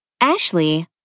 Ashley